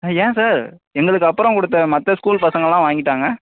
ஏன் சார் எங்களுக்கு அப்பறம் கொடுத்த மற்ற ஸ்கூல் பசங்கள்லாம் வாங்கிட்டாங்க